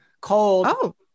called